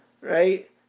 right